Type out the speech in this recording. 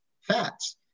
fats